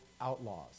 outlaws